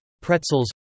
pretzels